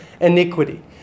iniquity